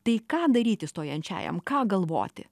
tai ką daryti stojančiajam ką galvoti